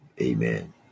Amen